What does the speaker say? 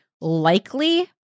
likely